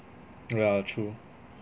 yeah true